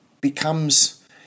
becomes